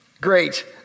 Great